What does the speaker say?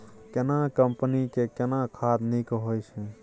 केना कंपनी के केना खाद नीक होय छै?